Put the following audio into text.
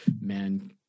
man